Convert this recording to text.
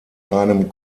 einem